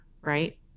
right